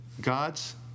God's